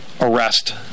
arrest